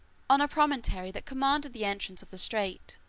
on a promontory that commanded the entrance of the strait